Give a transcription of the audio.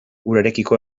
urarekiko